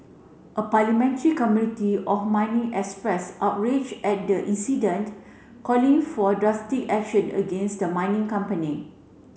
a parliamentary community of mining express outrage at the incident calling for drastic action against the mining company